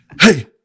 hey